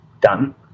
done